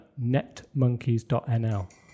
netmonkeys.nl